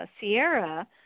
Sierra